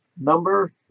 number